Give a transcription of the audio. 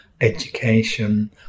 education